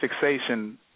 fixation